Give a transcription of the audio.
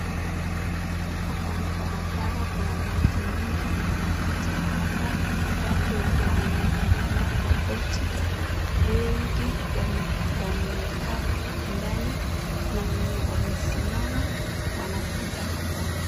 Hapa ni barabara, kuna maji nyingi inapita hapa. Watu wamepanda kwa boti, wengi wamekaa ndani kuna wenye wamesimama wanapita hapa.